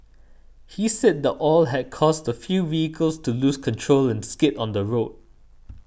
he said the oil had caused a few vehicles to lose control and skid on the road